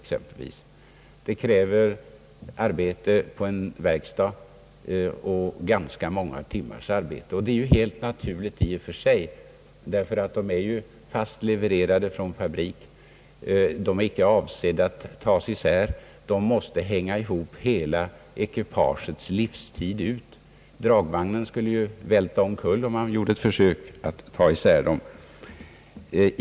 Det kräver arbete på en verkstad — ganska många timmars arbete. Det är i och för sig helt naturligt ty traktordumprarna är levererade från fabrik, och de är inte avsedda att tas isär. De måste hänga ihop hela ekipagets livstid ut. Dragvagnen skulle ju välta omkull, om man gjorde ett försök att ta isär dem.